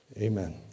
Amen